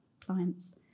clients